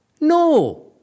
No